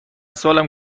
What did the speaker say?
سالم